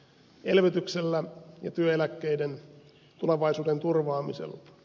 elvytyksellä ja työeläkkeiden tulevaisuuden turvaamisella